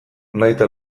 nahita